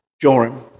Joram